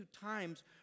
times